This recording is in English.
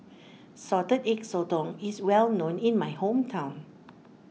Salted Egg Sotong is well known in my hometown